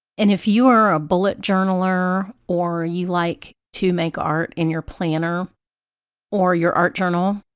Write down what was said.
and if you are a bullet journaler or you like to make art in your planner or your art journal,